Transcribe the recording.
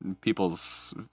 people's